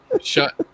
shut